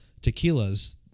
tequilas